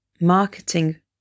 marketing